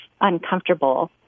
uncomfortable